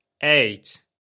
eight